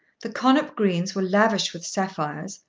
the connop greens were lavish with sapphires,